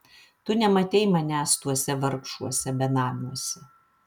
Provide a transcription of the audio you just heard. tu nematei manęs tuose vargšuose benamiuose